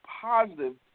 positive